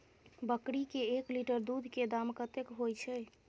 बकरी के एक लीटर दूध के दाम कतेक होय छै?